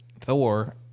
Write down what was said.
Thor